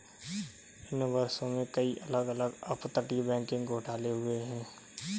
इन वर्षों में, कई अलग अलग अपतटीय बैंकिंग घोटाले हुए हैं